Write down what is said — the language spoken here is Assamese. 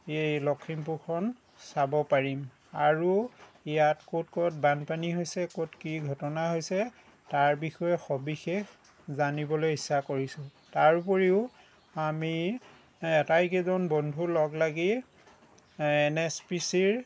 এই লখিমপুৰখন চাব পাৰিম আৰু ইয়াত ক'ত ক'ত বানপানী হৈছে ক'ত কি ঘটনা হৈছে তাৰ বিষয়ে সবিশেষ জানিবলৈ ইচ্ছা কৰিছোঁ তাৰোপৰিও আমি আটাইকেইজন বন্ধু লগ লাগি এন এইছ পি ছিৰ